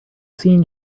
seen